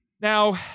Now